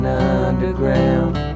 underground